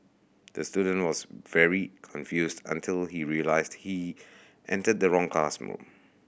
the student was very confused until he realised he entered the wrong classroom